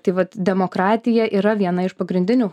taip vat demokratija yra viena iš pagrindinių